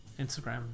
Instagram